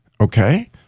Okay